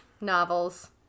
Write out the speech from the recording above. novels